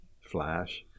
flash